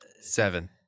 Seven